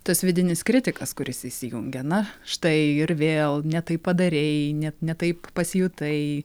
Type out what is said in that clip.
tas vidinis kritikas kuris įsijungia na štai ir vėl ne taip padarei ne ne taip pasijutai